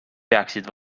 peaksid